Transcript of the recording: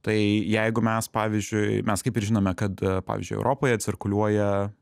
tai jeigu mes pavyzdžiui mes kaip ir žinome kad pavyzdžiui europoje cirkuliuoja